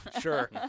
sure